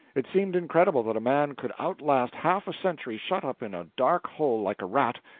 it seemed incredible that a man could outlast half a century shut up in a dark hole like a rat,